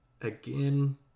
Again